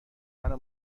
منو